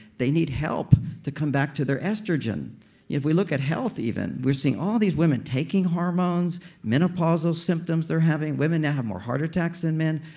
they need help to come back to their estrogen if we look at health even, we're seeing all these women taking hormones menopausal symptoms they're having. women now have more heart attacks than men.